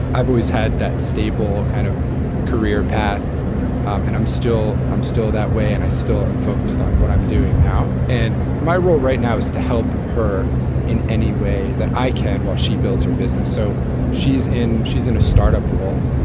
i've always had that stable kind of career path and i'm still i'm still that way and i still am focused on what i'm doing now and my role right now is to help her in any way that i can while she builds her business. so she's in she's in a startup role.